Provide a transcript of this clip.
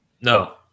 no